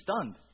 stunned